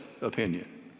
opinion